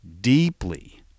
deeply